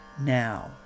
now